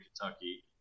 Kentucky